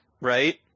right